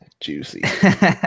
juicy